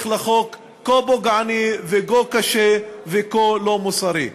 לחוקק חוק כה פוגעני וכה קשה וכה לא מוסרי.